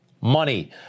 money